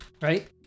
right